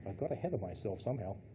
got ahead of myself somehow.